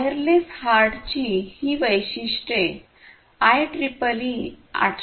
wireless हार्टची ही वैशिष्ट्ये आयट्रिपलई 802